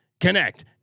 connect